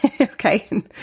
Okay